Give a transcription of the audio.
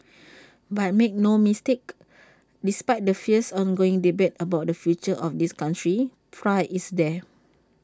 but make no mistake despite the fierce ongoing debate about the future of this country pride is there